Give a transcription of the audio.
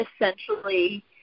essentially